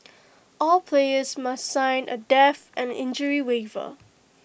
all players must sign A death and injury waiver